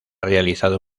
realizado